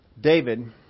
David